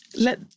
let